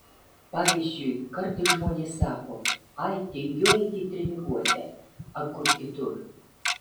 pavyzdžiui kartais žmonės sako ai tingiu eiti į treniruotę ar kur kitur